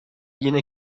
yine